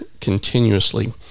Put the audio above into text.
continuously